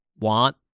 want